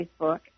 Facebook